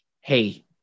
hey